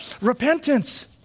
repentance